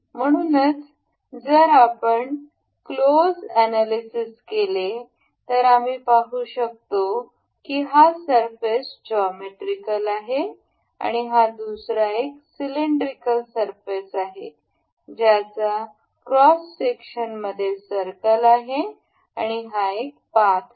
म्हणूनच जर आपण क्लोज एनालिसिस केले तर आम्ही पाहु शकतो की हा सरफेस जॉमेट्रीकल आहे आणि हा दुसरा एक सिलेंड्रिकल सरफेस आहे ज्याच्या क्रॉस सेक्शनमध्ये सर्कल आहे आणि हा एक पाथ आहे